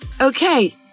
Okay